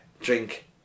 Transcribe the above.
drink